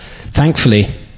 thankfully